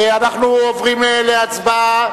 אנחנו עוברים להצבעה,